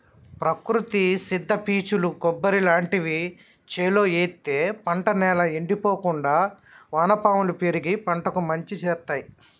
ప్రకృతి సిద్ద పీచులు కొబ్బరి లాంటివి చేలో ఎత్తే పంట నేల ఎండిపోకుండా వానపాములు పెరిగి పంటకు మంచి శేత్తాయ్